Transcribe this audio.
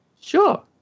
Sure